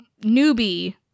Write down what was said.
newbie